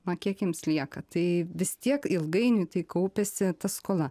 na kiek jiems lieka tai vis tiek ilgainiui tai kaupiasi ta skola